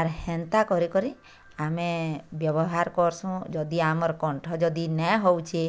ଆରେ ହେନ୍ତା କରି କରି ଆମେ ବ୍ୟବହାର କରସୁଁ ଯଦି ଆମର୍ କଣ୍ଠ ଯଦି ନା ହଉଛି